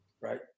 right